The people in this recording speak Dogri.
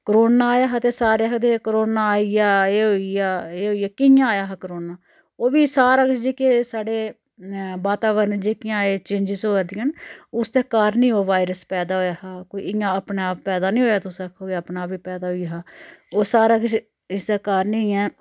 कोरोना आएआ हा ते सारे आखदे कोरोना आई गेआ एह् होई गेआ एह् होई गेआ कियां आया हा कोरोना ओह् बी सारा किश जेह्की साढ़े वातावरण जेह्कियां एह् चेंजस होऐ दियां न उसदा कारण ई ओह् वारयस पैदा होएआ हा कि कोई इ'यां अपने आप पैदा नेईं होएआ तुस आखो के अपने आप पैदा होई गेआ ओह् सारा किश इसदा कारण ई ऐ